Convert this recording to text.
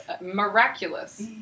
miraculous